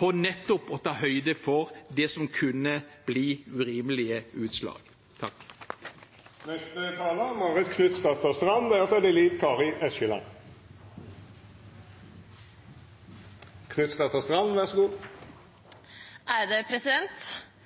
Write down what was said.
nettopp for å ta høyde for det som kunne bli urimelige utslag.